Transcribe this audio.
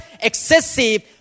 excessive